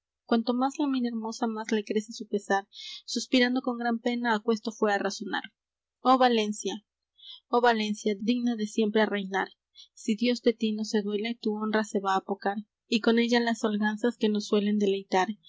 cuánto más la mira hermosa más le crece su pesar sospirando con gran pena aquesto fué á razonar oh valencia oh valencia digna de siempre reinar si dios de ti no se duele tu honra se va apocar y con ella las holganzas que nos suelen deleitar